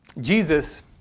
Jesus